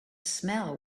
smell